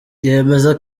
yemeza